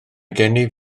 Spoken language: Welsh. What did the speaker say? gennyf